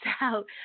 out